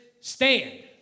stand